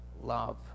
love